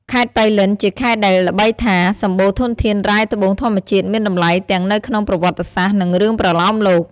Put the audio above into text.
ខេត្តប៉ៃលិនជាខេត្តដែលល្បីថា សម្បូរធនធានរ៉ែត្បូងធម្មជាតិមានតម្លៃទាំងនៅក្នុងប្រវត្តិសាស្ត្រ និងរឿងប្រលោមលោក។